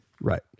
right